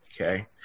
Okay